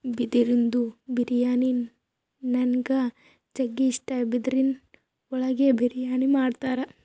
ಬಿದಿರಿಂದು ಬಿರಿಯಾನಿ ನನಿಗ್ ಜಗ್ಗಿ ಇಷ್ಟ, ಬಿದಿರಿನ್ ಒಳಗೆ ಬಿರಿಯಾನಿ ಮಾಡ್ತರ